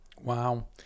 Wow